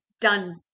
done